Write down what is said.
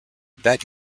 that